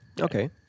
Okay